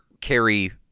carry